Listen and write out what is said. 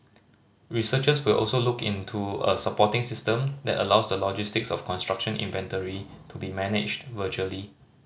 researchers will also look into a supporting system that allows the logistics of construction inventory to be managed virtually